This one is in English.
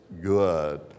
good